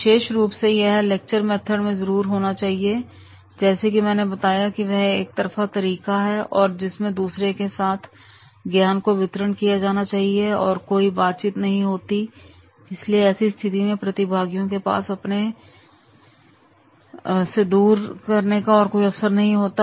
विशेष रूप से यह लेक्चर मेथड में जरूर होना चाहिए जैसे कि मैंने बताया की वह एक तरफा तरीका है जिसमें दूसरे के साथ ज्ञान को वितरण किया जाता है और कोई बातचीत नहीं होती इसलिए ऐसी स्थिति में प्रतिभागियों के पास अपने संधे को दूर करने का और कोई अवसर नहीं होता